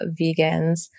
vegans